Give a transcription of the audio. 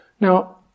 Now